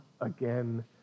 again